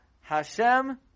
Hashem